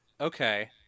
Okay